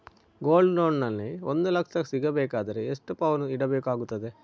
Gold loan ನಲ್ಲಿ ಒಂದು ಲಕ್ಷ ಸಿಗಬೇಕಾದರೆ ಎಷ್ಟು ಪೌನು ಇಡಬೇಕಾಗುತ್ತದೆ?